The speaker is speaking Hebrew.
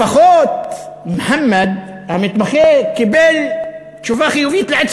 לפחות מוחמד המתמחה קיבל תשובה חיובית לעצם